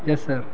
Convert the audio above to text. یس سر